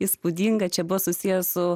įspūdinga čia buvo susiję su